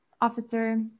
officer